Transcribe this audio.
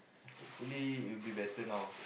hopefully it will be better now